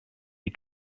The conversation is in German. die